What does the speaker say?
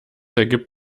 ergibt